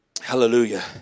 Hallelujah